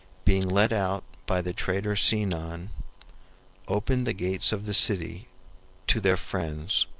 being let out by the traitor sinon, opened the gates of the city to their friends,